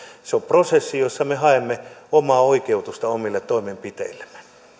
se on prosessi jossa me haemme omaa oikeutusta omille toimenpiteillemme